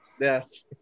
Yes